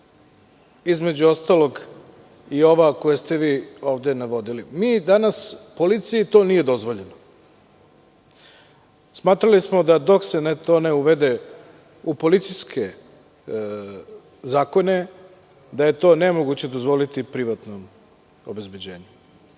između ostalog i ova koja ste vi ovde navodili. Danas policiji to nije dozvoljeno. Smatrali smo, dok se to ne uvede u policijske zakone, da je to nemoguće dozvoliti privatnom obezbeđenju.